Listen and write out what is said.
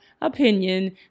opinion